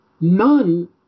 none